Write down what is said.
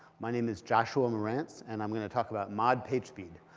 my name is joshua marantz and i'm going to talk about mod pagespeed,